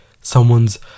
someone's